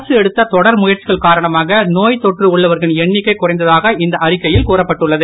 அரசு எடுத்த தொடர் முயற்சிகள் காரணமாக நோய் தொற்று உள்ளவர்களின் எண்ணிக்கை குறைந்ததாக இந்த அறிக்கையில் கூறப்பட்டுள்ளது